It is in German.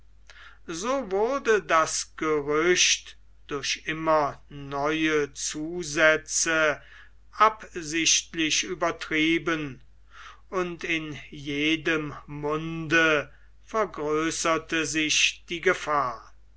so wurde das gerücht durch immer neue zusätze absichtlich übertrieben und in jedem munde vergrößerte sich die gefahr